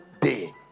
day